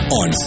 on